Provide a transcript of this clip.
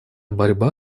борьбе